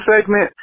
segment